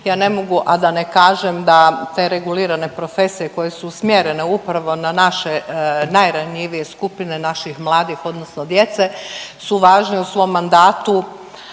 Ja ne mogu, a da ne kažem da te regulirane profesije koje su usmjerene upravo na naše najranjivije skupine naših mladih odnosno djece su važni. U svom mandatu